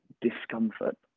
discomfort